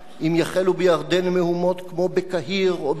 מהומות כמו בקהיר או בטריפולי או בדמשק.